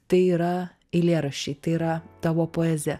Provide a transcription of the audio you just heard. tai yra eilėraščiai tai yra tavo poezija